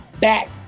back